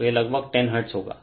तो यह लगभग 10 हर्ट्ज होगा